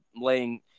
laying